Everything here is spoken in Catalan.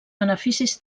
beneficis